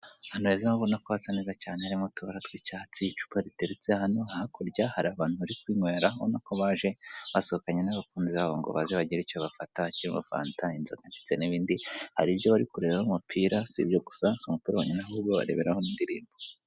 Ahanu heza ubona ko hasa neza cyane urabona ibara ry'icyatsi, icupa riteretse hano hakurya hari abantu barikwinywera, urabona ko baje basohokanye nabo ku meza yobo ngo baze bagire ibyo bafata unywa fanta inzoga ndetse n'ibindi, haribyo barikureba umupira sibyo guas urabona ko hari n'indirimbo.